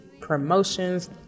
promotions